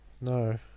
no